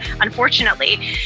unfortunately